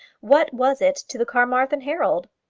what was it to the carmarthen herald?